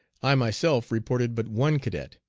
i myself reported but one cadet,